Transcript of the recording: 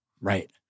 Right